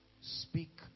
speak